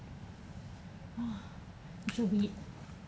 ugh we shall wait